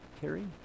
Carrie